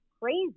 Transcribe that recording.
crazy